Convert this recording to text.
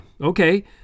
okay